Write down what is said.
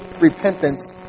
repentance